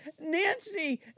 Nancy